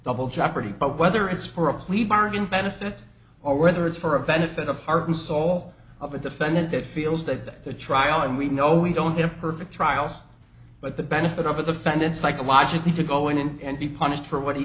double jeopardy but whether it's for a plea bargain benefit or whether it's for a benefit of hearkens all of a defendant that feels that the trial and we know we don't have perfect trials but the benefit of the fact that psychologically to go in and be punished for what he